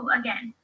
again